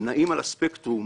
נעים על הספקטרום